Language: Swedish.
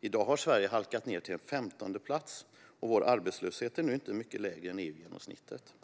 I dag har Sverige halkat ned till 15:e plats, och vår arbetslöshet är nu inte längre mycket lägre än EU-genomsnittet.